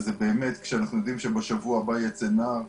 כשאנחנו יודעים שבשבוע הבא יצא נער,